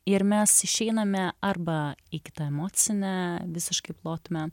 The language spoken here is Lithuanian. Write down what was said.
ir mes išeiname arba į kitą emocinę visiškai plotmę